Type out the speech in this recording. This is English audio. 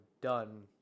done